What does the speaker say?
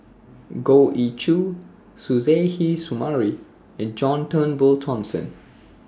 Goh Ee Choo Suzairhe Sumari and John Turnbull Thomson